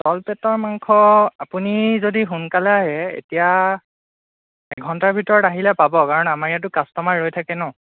তলপেটৰ মাংস আপুনি যদি সোনকালে আহে এতিয়া এঘণ্টাৰ ভিতৰত আহিলে পাব কাৰণ আমাৰ ইয়াতো কাষ্টমাৰ ৰৈ থাকে ন